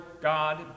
God